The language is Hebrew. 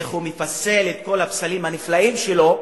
איך הוא מפסל את כל הפסלים הנפלאים שלו,